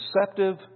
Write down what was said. deceptive